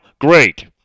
Great